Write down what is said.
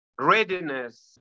readiness